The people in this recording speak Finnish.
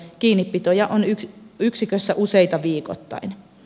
kiinnipitoja on yksikössä useita viikoittain